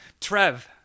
Trev